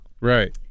Right